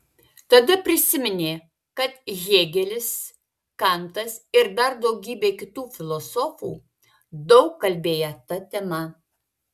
tada prisiminė kad hėgelis kantas ir dar daugybė kitų filosofų daug kalbėję ta tema